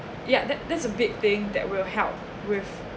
ya that that's a big thing that will help with